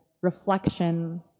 reflection